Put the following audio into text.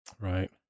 Right